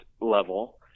level